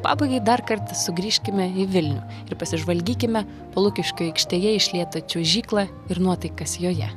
pabaigai dar kart ąsugrįžkime į vilnių ir pasižvalgykime po lukiškių aikštėje išlietą čiuožyklą ir nuotaikas joje